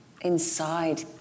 inside